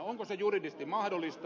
onko se juridisesti mahdollista